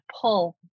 pull